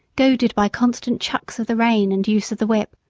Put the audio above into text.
goaded by constant chucks of the rein and use of the whip,